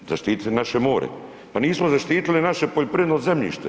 Zaštite naše more, pa nismo zaštitili naše poljoprivredno zemljište.